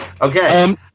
Okay